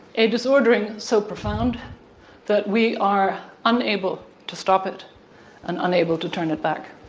a disordering so profound that we are unable to stop it and unable to turn it back.